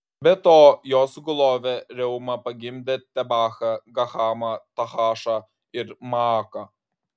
be to jo sugulovė reuma pagimdė tebachą gahamą tahašą ir maaką